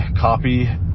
copy